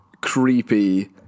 creepy